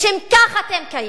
לשם כך אתם קיימים.